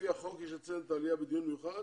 לפי החוק יש לציין את העלייה בדיון מיוחד